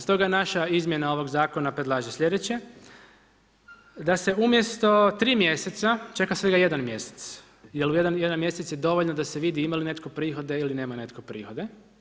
Stoga naša izmjena ovog zakona predlaže sljedeće, da se umjesto tri mjeseca čeka svega jedan mjesec, jel jedan mjesec je dovoljno da se vidi ima li netko prihode ili nema netko prihode.